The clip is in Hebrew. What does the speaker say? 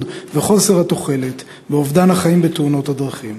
וחוסר התוחלת באובדן החיים בתאונות הדרכים.